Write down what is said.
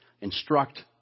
instruct